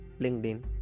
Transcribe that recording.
LinkedIn